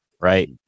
right